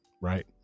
right